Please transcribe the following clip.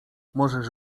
możesz